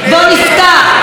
בואו נפתח,